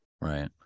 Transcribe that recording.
Right